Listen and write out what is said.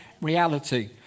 reality